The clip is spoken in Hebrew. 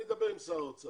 אני אדבר עם שר האוצר,